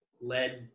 led